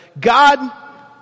God